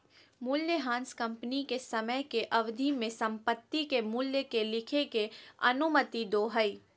मूल्यह्रास कंपनी के समय के अवधि में संपत्ति के मूल्य के लिखे के अनुमति दो हइ